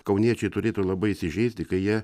kauniečiai turėtų labai įsižeisti kai jie